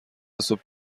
صبح